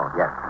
yes